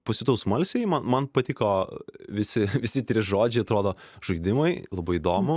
pasijutau smalsiai man man patiko visi visi trys žodžiai atrodo žaidimui labai įdomu